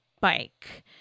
bike